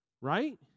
right